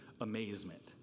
amazement